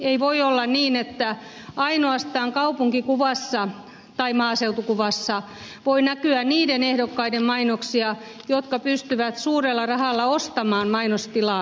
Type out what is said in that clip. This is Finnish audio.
ei voi olla niin että kaupunkikuvassa tai maaseutukuvassa voi näkyä ainoastaan niiden ehdokkaiden mainoksia jotka pystyvät suurella rahalla ostamaan mainostilaa